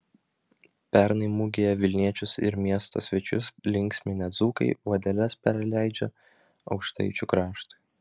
pernai mugėje vilniečius ir miesto svečius linksminę dzūkai vadeles perleidžia aukštaičių kraštui